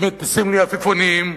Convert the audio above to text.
ומטיסים לי עפיפונים,